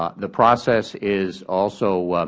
ah the process is also,